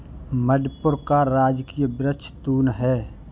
मणिपुर का राजकीय वृक्ष तून है